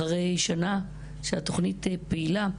אחרי שנה שהתוכנית פעילה,